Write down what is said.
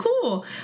cool